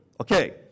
okay